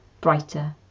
brighter